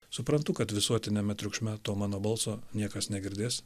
suprantu kad visuotiniame triukšme to mano balso niekas negirdės